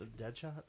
Deadshot